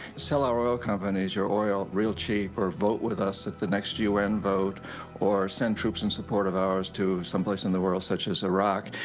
sell our oil companies, your oil, real cheap or vote with us at the next un vote or send troops and support of ours to some place in the world, such as iraq.